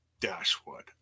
Dashwood